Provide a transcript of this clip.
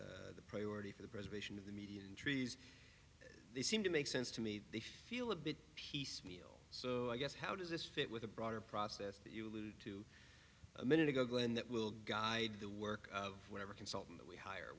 the priority for the preservation of the median trees they seem to make sense to me they feel a bit piecemeal so i guess how does this fit with a broader process that you alluded to a minute ago glenn that will guide the work of whatever consultant we hire